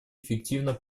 эффективно